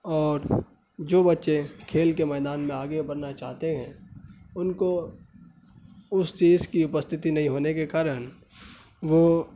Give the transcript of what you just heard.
اور جو بچے کھیل کے میدان میں آگے بڑھنا چاہتے ہیں ان کو اس چیز کی اپستتھی نہیں ہونے کے کارن وہ